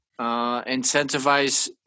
incentivize